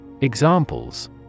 Examples